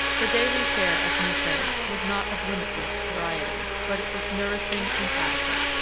the daily fare of new france was not of limitless variety, but it was nourishing and adequate.